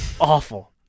awful